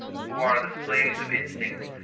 who are the slaves of instinct,